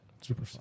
Super